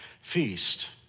feast